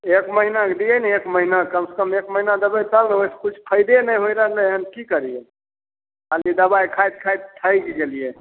एक महीनाके दियै ने एक महीनाके कम सँ कम एक महीना देबै तब ने ओहिसँ किछु फयदे नहि होइ रहलै हन कि करियै खाली दवाइ खाइत खाइत थाइक गेलियै